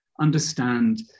understand